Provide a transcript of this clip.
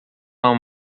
uma